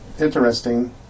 Interesting